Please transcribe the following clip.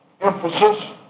emphasis